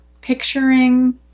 picturing